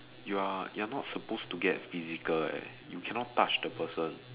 you are you are not supposed to get physical eh you cannot touch the person